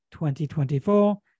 2024